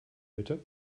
mitte